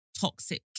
toxic